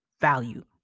value